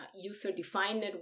user-defined